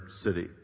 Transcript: city